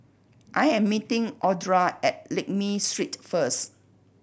I am meeting Audra at Lakme Street first